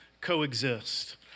coexist